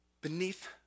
beneath